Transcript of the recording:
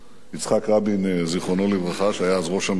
יצחק רבין, זיכרונו לברכה, שהיה אז ראש הממשלה.